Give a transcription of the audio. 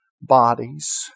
bodies